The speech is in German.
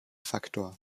faktor